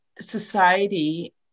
society